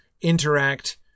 interact